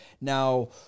Now